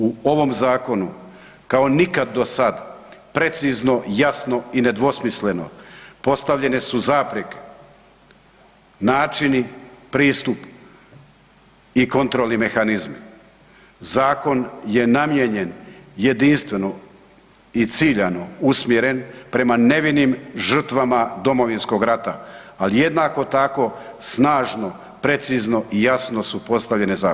U ovom zakonu kao nikad do sad precizno, jasno i nedvosmisleno postavljene su zapreke, načini, pristup i kontrolni mehanizmi, zakon je namijenjen jedinstvenom i ciljano usmjeren prema nevinim žrtvama Domovinskog rata ali jednako tako snažno, precizno i jasno su postavljene zapreke.